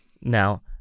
Now